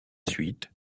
suite